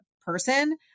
person